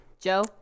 joe